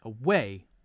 Away